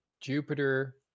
jupiter